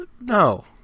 no